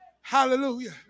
hallelujah